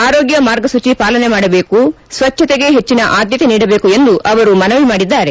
ಆರೋಗ್ಯ ಮಾರ್ಗಸೂಚಿ ಪಾಲನೆ ಮಾಡಬೇಕು ಸ್ವಜ್ವತೆಗೆ ಹೆಟ್ಟನ ಆದ್ಭತೆ ನೀಡಬೇಕು ಎಂದು ಅವರು ಮನವಿ ಮಾಡಿದ್ದಾರೆ